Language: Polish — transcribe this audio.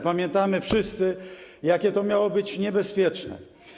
Pamiętamy wszyscy, jakie to miało być niebezpieczne.